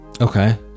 Okay